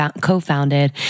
co-founded